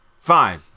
fine